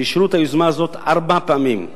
שאישרו את היוזמה הזאת ארבע פעמים.